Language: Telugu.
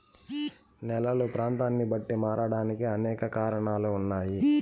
నేలలు ప్రాంతాన్ని బట్టి మారడానికి అనేక కారణాలు ఉన్నాయి